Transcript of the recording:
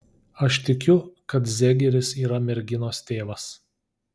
aš tikiu kad zegeris yra merginos tėvas